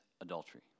adultery